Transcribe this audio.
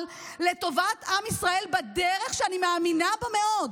לטובת עם ישראל בדרך שאני מאמינה בה מאוד.